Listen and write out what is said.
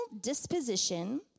disposition